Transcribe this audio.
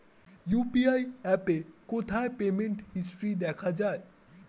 UPI অ্যাপে কোথায় payment history দেখা যায়?